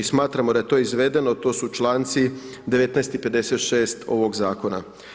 Smatramo da je to izvedeno, to su čl. 19. i 56. ovog zakona.